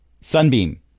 Sunbeam